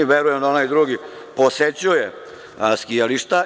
Verujem da onaj drugi posećuje skijališta.